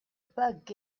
bug